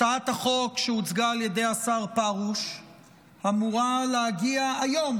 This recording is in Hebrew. הצעת החוק שהוצגה על ידי השר פרוש אמורה להגיע היום